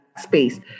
space